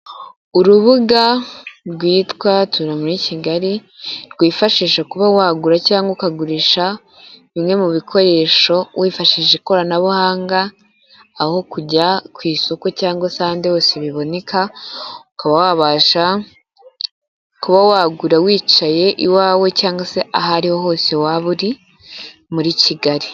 Urubuga rwitwa tura muri Kigali rwifashisha kuba wagura cyangwa ukagurisha bimwe mu bikoresho wifashishije ikoranabuhanga aho kujya ku isoko cyangwa se ahandi hose biboneka ukaba wabasha kuba wagura wicaye iwawe cyangwa se ahariho hose waba uri muri Kigali.